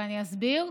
ואני אסביר.